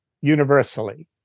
universally